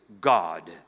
God